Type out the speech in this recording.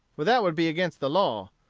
for that would be against the law,